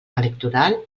electoral